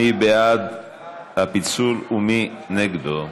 מי בעד הפיצול ומי נגדו?